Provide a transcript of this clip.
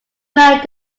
married